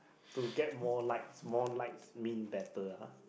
to get more likes more likes mean better ah